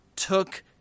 Took